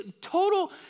total